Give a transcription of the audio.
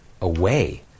away